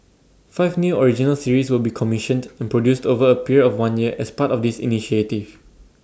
five new original series will be commissioned and produced over A period of one year as part of this initiative